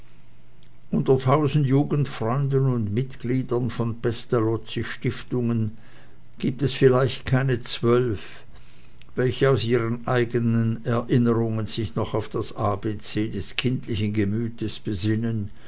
unter tausend jugendfreunden und mitgliedern von pestalozzi stiftungen gibt es vielleicht keine zwölf welche aus ihren eigenen erinnerungen sich noch auf das abc des kindlichen gemütes besinnen